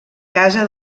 casa